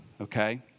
okay